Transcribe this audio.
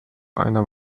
einer